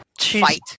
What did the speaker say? Fight